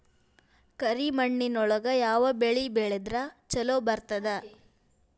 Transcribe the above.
ಕರಿಮಣ್ಣೊಳಗ ಯಾವ ಬೆಳಿ ಬೆಳದ್ರ ಛಲೋ ಬರ್ತದ?